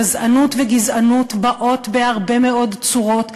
גַזענות וגִזענות באות בהרבה מאוד צורות,